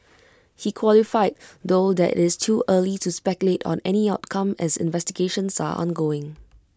he qualified though that IT is too early to speculate on any outcome as investigations are ongoing